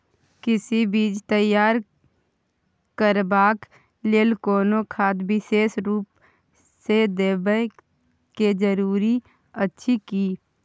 कि बीज तैयार करबाक लेल कोनो खाद विशेष रूप स देबै के जरूरी अछि की?